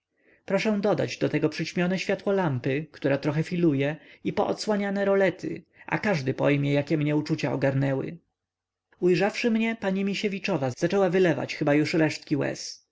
proszę dodać do tego przyćmione światło lampy która trochę filuje i poodsłaniane rolety a każdy pojmie jakie mnie uczucia ogarnęły ujrzawszy mnie pani misiewiczowa zaczęła wylewać chyba już resztki